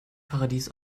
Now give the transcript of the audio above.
paradies